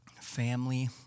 family